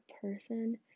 person